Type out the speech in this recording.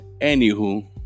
Anywho